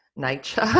nature